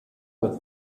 with